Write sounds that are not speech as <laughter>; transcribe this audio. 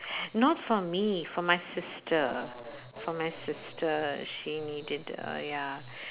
<breath> not for me for my sister for my sister she needed uh ya